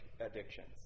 addictions